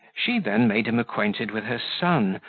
she then made him acquainted with her son,